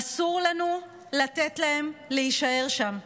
אסור לנו לתת להם להישאר שם.